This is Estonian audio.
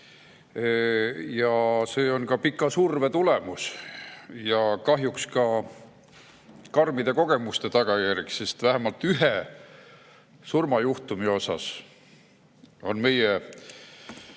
see on ka pika surve tulemus ja kahjuks ka karmide kogemuste tagajärg, sest vähemalt ühe surmajuhtumi puhul on meie